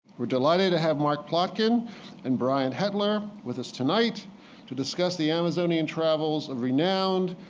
we're delighted to have mark plotkin and brian hettler with us tonight to discuss the amazonian travels of renowned,